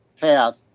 path